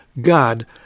God